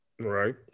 Right